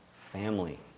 Family